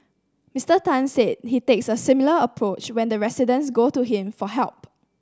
Mister Tan said he takes a similar approach when residents go to him for help